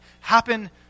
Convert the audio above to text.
happen